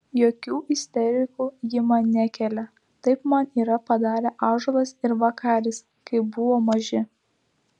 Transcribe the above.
jokių isterikų ji man nekelia taip man yra padarę ąžuolas ir vakaris kai buvo maži